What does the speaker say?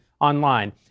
online